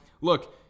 Look